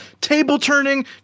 table-turning